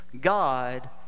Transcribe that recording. God